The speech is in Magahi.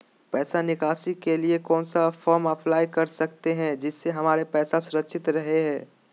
पैसा निकासी के लिए कौन सा फॉर्म अप्लाई कर सकते हैं जिससे हमारे पैसा सुरक्षित रहे हैं?